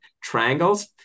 Triangles